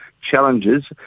challenges